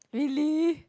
really